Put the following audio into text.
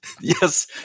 yes